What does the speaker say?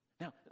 Now